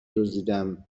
دزدیدم